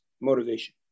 motivation